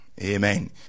Amen